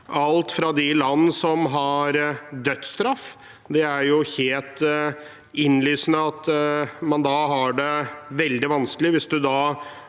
alt fra land som har dødsstraff, der det er helt innlysende at man har det veldig vanskelig hvis man